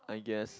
I guess